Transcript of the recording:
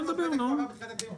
נרשמתי בתחילת הדיון.